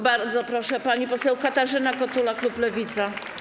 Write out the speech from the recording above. Bardzo proszę, pani poseł Katarzyna Kotula, klub Lewica.